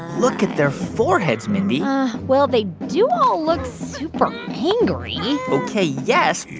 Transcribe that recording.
look at their foreheads, mindy well, they do all look super angry ok, yes.